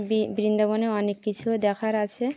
B বৃন্দাবনে অনেক কিছুও দেখার আছে